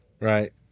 Right